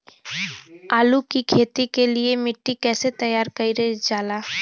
आलू की खेती के लिए मिट्टी कैसे तैयार करें जाला?